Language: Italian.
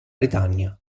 britannia